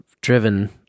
driven